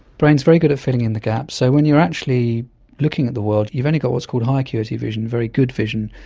brain is very good at filling in the gaps. so when you are actually looking at the world you've only got what's called high acuity vision, very good vision,